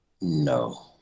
no